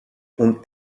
und